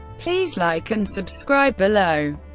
please like and subscribe below.